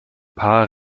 paar